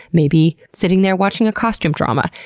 maybe sitting there watching a costume drama.